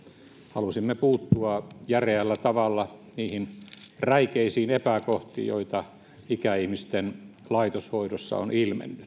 halusimme puuttua järeällä tavalla niihin räikeisiin epäkohtiin joita ikäihmisten laitoshoidossa on ilmennyt